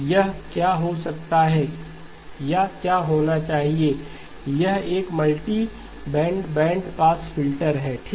यह क्या हो सकता है या क्या होना चाहिए यह एक मल्टीबैंड बैंडपास फ़िल्टर है ठीक